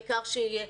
העיקר שיהיה.